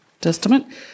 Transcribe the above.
testament